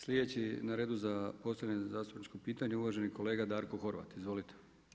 Sljedeći na redu za postavljanje zastupničkog pitanja uvaženi kolega Darko Horvat, izvolite.